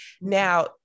Now